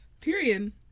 Period